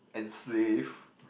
enslave